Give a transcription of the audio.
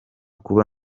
kuba